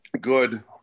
good